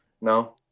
No